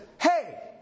hey